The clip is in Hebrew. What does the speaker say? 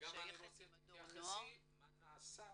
רוצה שתתייחסי גם למה נעשה